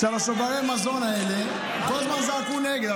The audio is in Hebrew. שעל שוברי המזון האלה כל הזמן זעקו נגד.